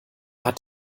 hat